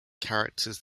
characters